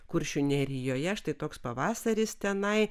kuršių nerijoje štai toks pavasaris tenai